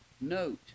Note